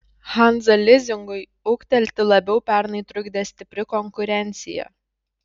hanza lizingui ūgtelti labiau pernai trukdė stipri konkurencija